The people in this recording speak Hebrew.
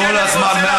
כל הזמן,